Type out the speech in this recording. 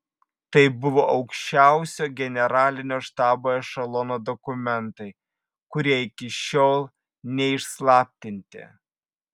tai buvo aukščiausio generalinio štabo ešelono dokumentai kurie iki šiol neišslaptinti